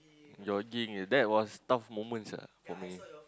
jogging that was tough moments ah for me